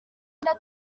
rwanda